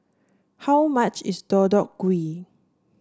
how much is Deodeok Gui